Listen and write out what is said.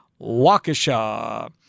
waukesha